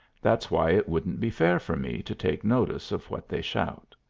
that's why it wouldn't be fair for me to take notice of what they shout.